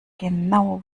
genau